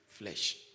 flesh